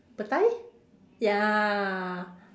petai ya